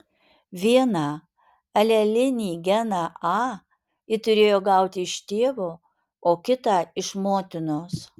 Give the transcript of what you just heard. vieną alelinį geną a ji turėjo gauti iš tėvo o kitą iš motinos